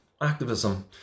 activism